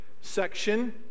section